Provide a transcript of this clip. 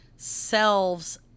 selves